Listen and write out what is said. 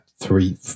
three